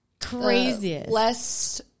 craziest